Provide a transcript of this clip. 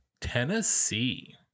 Tennessee